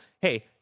hey